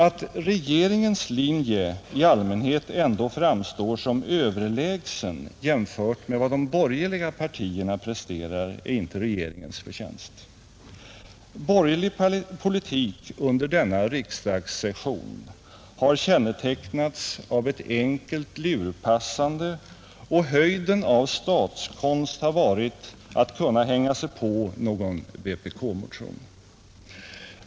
Att regeringens linje i allmänhet ändå framstår som överlägsen jämfört med vad de borgerliga partierna presterat är inte regeringens förtjänst. Borgerlig politik under denna riksdagssession har kännetecknats av ett enkelt lurpassande, och höjden av statskonst har varit att kunna hänga sig på någon vpk-motion.